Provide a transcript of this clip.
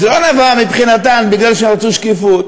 וזה לא נאמר מבחינתן כי הן רצו שקיפות,